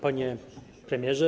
Panie Premierze!